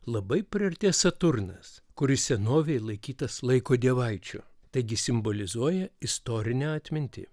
labai priartės saturnas kuris senovėj laikytas laiko dievaičiu taigi simbolizuoja istorinę atmintį